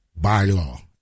bylaw